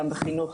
גם בחינוך,